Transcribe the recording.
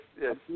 yes